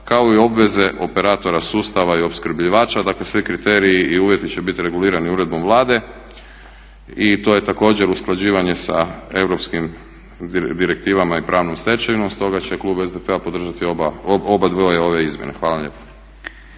kao i obveze operatora sustava i opskrbljivača. Dakle svi kriteriji i uvjeti će biti regulirani uredbom Vlade. I to je također usklađivanje sa europskim direktivama i pravnom stečevinom stoga će klub SDP-a podržati oba dvije ove izmjene. Hvala vam